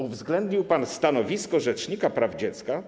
Uwzględnił pan stanowisko rzecznika praw dziecka.